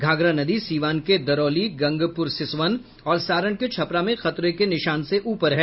घाघरा नदी सीवान के दरौली गंगपुर सिसवन और सारण के छपरा में खतरे के निशान से ऊपर है